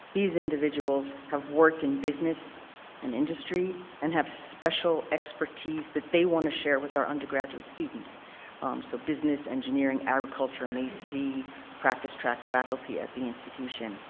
these individuals have worked in business and industry and have special expertise that they want to share with our undergraduate students so business, engineering, agriculture, we see practice track faculty at the institution